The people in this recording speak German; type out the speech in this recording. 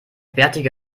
bärtige